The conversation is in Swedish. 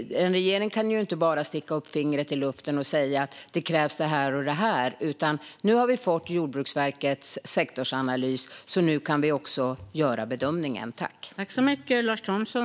En regering kan ju inte bara sticka upp fingret i luften och säga: Det är det här och det här som krävs! Nu har vi fått Jordbruksverkets sektorsanalys, så nu kan vi också göra bedömningen.